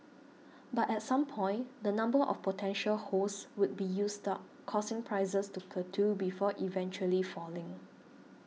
but at some point the number of potential hosts would be used up causing prices to plateau before eventually falling